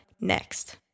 next